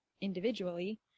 individually